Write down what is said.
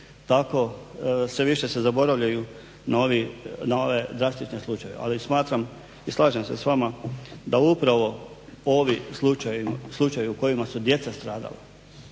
tako sve više se zaboravljaju na ove drastične slučajeve. Ali smatram i slažem se s vama da upravo ovi slučajevi u kojima su djeca stradala